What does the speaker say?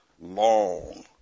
long